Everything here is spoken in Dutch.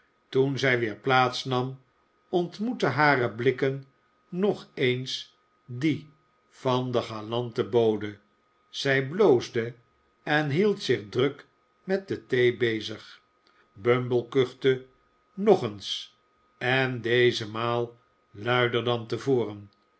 toen zij i weer plaats nam ontmoetten hare blikken nog j eens die van den galanten bode zij bloosde en hield zich druk met de thee bezig bumble kuchte i nog eens en deze maal luider dan te voren